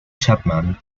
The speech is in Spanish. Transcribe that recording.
chapman